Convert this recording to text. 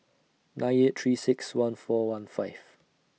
nine eight three six one four one five